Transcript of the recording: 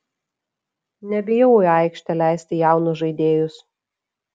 nebijau į aikštę leisti jaunus žaidėjus